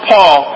Paul